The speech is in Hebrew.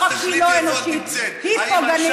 לא רק שהיא לא אנושית, היא פוגענית.